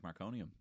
marconium